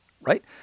right